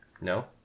No